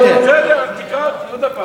בסדר, תקרא אותי עוד פעם.